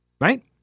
Right